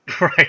Right